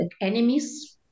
enemies